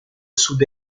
sud